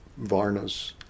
varnas